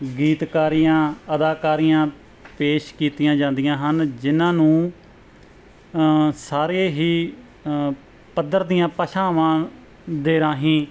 ਗੀਤਕਾਰੀਆਂ ਅਦਾਕਾਰੀਆਂ ਪੇਸ਼ ਕੀਤੀਆਂ ਜਾਂਦੀਆਂ ਹਨ ਜਿਹਨਾਂ ਨੂੰ ਸਾਰੇ ਹੀ ਪੱਧਰ ਦੀਆਂ ਭਾਸ਼ਵਾਂ ਦੇ ਰਾਹੀਂ